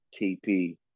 TP